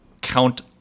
count